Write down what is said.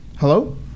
Hello